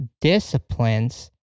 disciplines